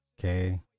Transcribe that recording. Okay